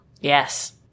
Yes